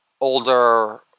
older